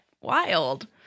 wild